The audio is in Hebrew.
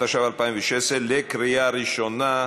התשע"ז 2016, קריאה ראשונה.